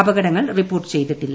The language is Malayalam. അപകടങ്ങൾ റിപ്പോർട്ട് ചെയ്തിട്ടില്ല